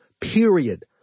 Period